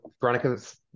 Veronica's